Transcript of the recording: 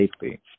safely